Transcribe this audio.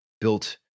built